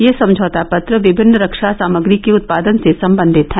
ये समझौता पत्र विभिन्न रक्षा सामग्री के उत्पादन से सम्बन्धित हैं